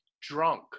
drunk